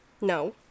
No